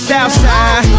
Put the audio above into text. Southside